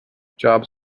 jobs